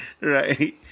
Right